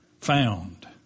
found